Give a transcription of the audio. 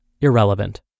irrelevant